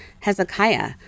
Hezekiah